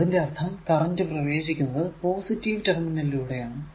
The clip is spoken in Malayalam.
അതിന്റെ അർഥം കറന്റ് പ്രവേശിക്കുന്നത് പോസിറ്റീവ് ടെർമിനൽ ലൂടെ ആണ്